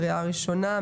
ראשונה.